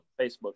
Facebook